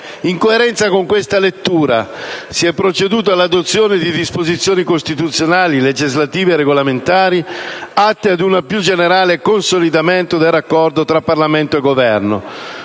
In coerenza con questa lettura, si è proceduto all'adozione di disposizioni costituzionali, legislative e regolamentari atte ad un più generale consolidamento del raccordo tra Parlamento e Governo.